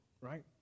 right